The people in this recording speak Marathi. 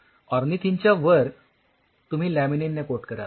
ऑर्निथीन च्या वर तुम्ही लॅमिनीन ने कोट कराल